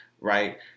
right